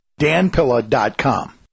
danpilla.com